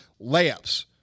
Layups